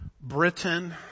Britain